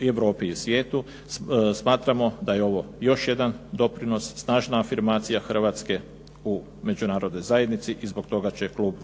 u Europi i svijetu, smatramo da je ovo još jedan doprinos, snažna afirmacija Hrvatske u međunarodnoj zajednici i zbog toga će klub